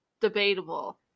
Debatable